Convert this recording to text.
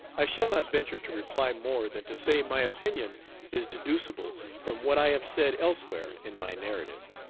i shall not venture to reply more than to say my opinion is deducible from what i have said elsewhere in my narrative.